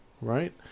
right